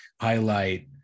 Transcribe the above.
highlight